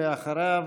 אחריו,